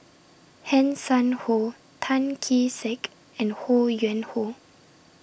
Hanson Ho Tan Kee Sek and Ho Yuen Hoe